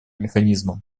механизмам